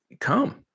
come